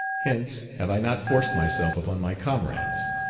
hence have i not forced myself upon my comrades.